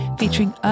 featuring